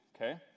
okay